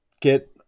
get